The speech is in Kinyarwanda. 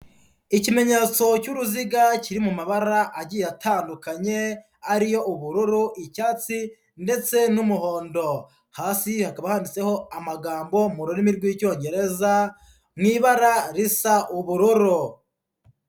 Ikimenyetso cy'uruziga kiri mu mabara agiye atandukanye, ari yo ubururu, icyatsi, ndetse n'umuhondo. Hasi hakaba handitseho amagambo mu rurimi rw'icyongereza mu ibara risa ubururu.